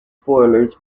spoilers